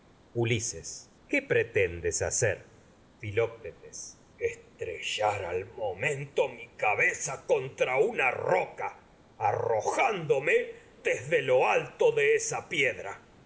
ulises qué pretendes hacer filoctetes estrellar al momento mi cabeza con tra una roca arrojándome desde lo alto de esa piedra